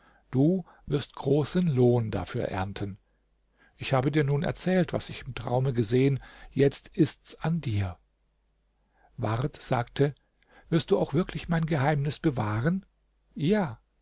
du wirst großen lohn dafür ernten ich habe dir nun erzählt was ich im traume gesehen jetzt ist's an dir ward sagte wirst du auch wirklich mein geheimnis bewahren ja